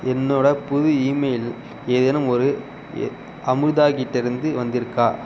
என்னோடய புது இமெயில் ஏதேனும் ஒரு எ அமுர்தா கிட்ட இருந்து வந்திருக்கா